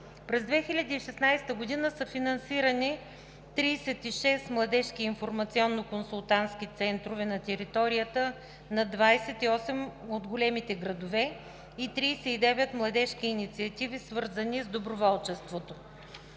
През 2016 г. са финансирани 36 младежки информационно консултантски центрове на територията на 28 от големите градове и 39 младежки инициативи, свързани с доброволчество.